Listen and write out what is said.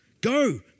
Go